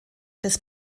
des